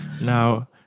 now